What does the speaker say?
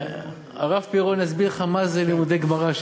והרב פירון יסביר לך מה זה לימודי גמרא,